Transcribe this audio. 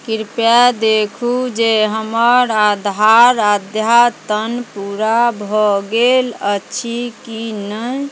कृपया देखू जे हमर आधार अद्यतन पूरा भऽ गेल अछि कि नहि